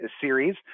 series